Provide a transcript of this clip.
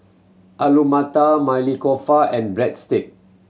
Alu Matar Maili Kofta and Breadstick